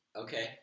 Okay